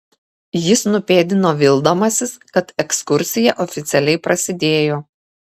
jis nupėdino vildamasis kad ekskursija oficialiai prasidėjo